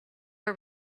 are